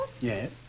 Yes